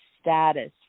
status